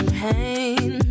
pain